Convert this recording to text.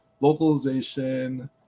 localization